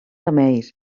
remeis